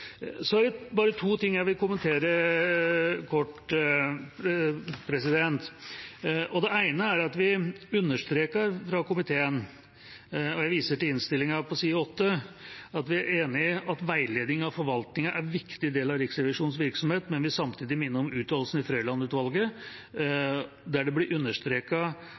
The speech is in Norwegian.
Så er det bare to ting jeg vil kommentere kort. Det ene er at vi understreker fra komiteen – og jeg viser til innstillinga på side 8 – at vi er enig i at veiledning av forvaltningen er en viktig del av Riksrevisjonens virksomhet, men vil samtidig minne om uttalelsene fra Frøiland-utvalget, der det blir understreket